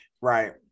Right